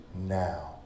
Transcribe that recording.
now